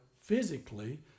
physically